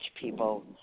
people